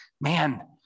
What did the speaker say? man